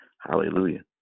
Hallelujah